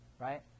right